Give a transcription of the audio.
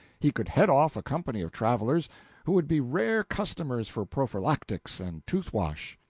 he could head off a company of travelers who would be rare customers for prophylactics and tooth-wash.